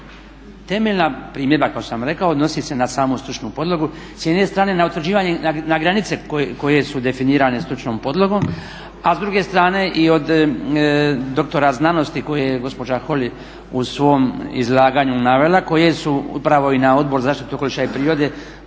temeljna primjedba kao što sam rekao odnosi se na samu stručnu podlogu. S jedne strane na utvrđivanje, na granice koje su definirane stručnom podlogom a s druge strane i od doktora znanosti koji je gospođa Holy u svom izlaganju navela koje su u pravo i na Odboru za zaštitu okoliša i prirode